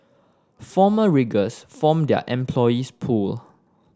former riggers form their employees pool